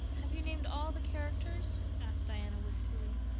have you named all the characters? asked diana wistfully.